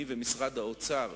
אני ומשרד האוצר,